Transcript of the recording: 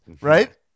Right